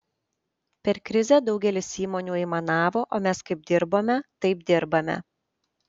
per krizę daugelis įmonių aimanavo o mes kaip dirbome taip dirbame